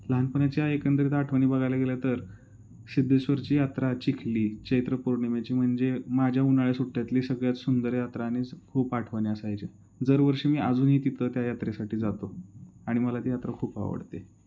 लहानपणीच्या एकंदरीत आठवणी बघायला गेलं तर सिद्धेश्वरची यात्रा चिखली चैत्र पौर्णिमेची म्हणजे माझ्या उन्हाळ्या सुट्ट्यातली सगळ्यात सुंदर यात्रा आणि खूप आठवणी असायच्या दरवर्षी मी अजूनही तिथं त्या यात्रेसाठी जातो आणि मला ती यात्रा खूप आवडते